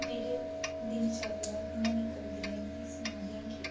मेरे दिनचर्या कि'यां निकलदी ऐ में तुसें ई सनाऽ दियां कि